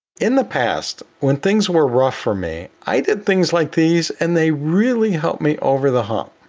in the past, when things were rough for me, i did things like these and they really helped me over the hump.